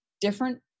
different